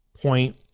point